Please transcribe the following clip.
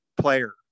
player